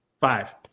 Five